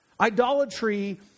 Idolatry